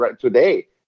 today